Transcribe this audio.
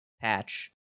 patch